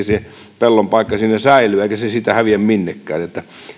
se pellon paikka kuitenkin siinä säilyy eikä se siitä häviä minnekään